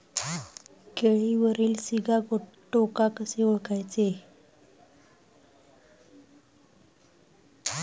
केळीवरील सिगाटोका कसे ओळखायचे?